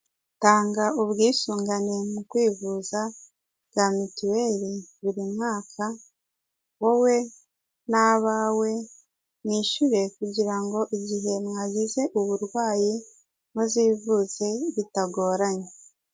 Tanga ubwisungane mu kwivuza bwa mituweli buri mwaka, wowe n'abawe mwishyure kugira ngo igihe mwagize uburwayi muzivuze bitagoranye.